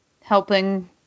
helping